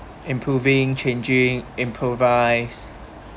improving changing improvise